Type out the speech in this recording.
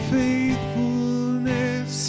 faithfulness